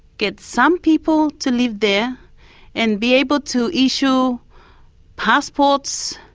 get some people to live there and be able to issue passports,